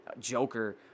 Joker